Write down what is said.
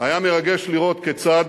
היה מרגש לראות כיצד